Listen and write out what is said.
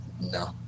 no